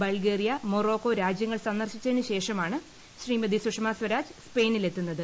Bulgaria Morocco രാജ്യങ്ങൾ സന്ദർശിച്ചത്തിനു ശ്രീഷമാണ് ശ്രീമതി സുഷമ സ്വരാജ് സ്പെയിനിലെത്തിയത്